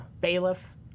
bailiff